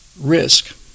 risk